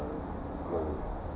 will will